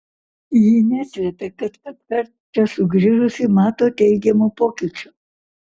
ji neslepia kad kaskart čia sugrįžusi mato teigiamų pokyčių